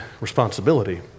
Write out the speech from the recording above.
responsibility